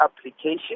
application